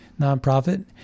nonprofit